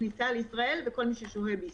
הכניסה לישראל וכל מי ששוהה בישראל.